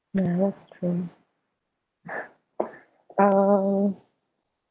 ya that's true um